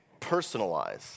personalize